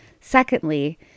Secondly